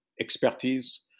expertise